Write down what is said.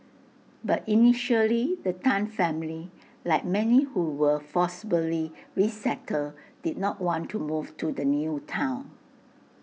but initially the Tan family like many who were forcibly resettled did not want to move to the new Town